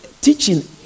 teaching